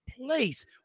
place